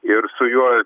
ir su juo